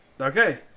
okay